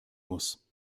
muss